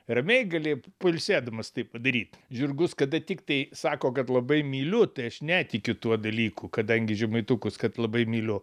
ramiai gali pailsėdamas tai padaryt žirgus kada tiktai sako kad labai myliu tai aš netikiu tuo dalyku kadangi žemaitukus kad labai myliu